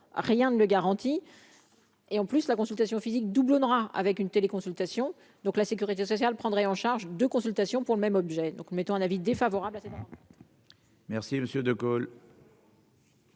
rien ne le garantit, et en plus la consultation physique doublera avec une téléconsultation, donc la sécurité sociale prendrait en charge de consultation pour le même objet, donc nous mettons un avis défavorable. Merci monsieur de colle.